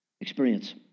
experience